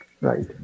right